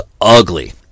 ugly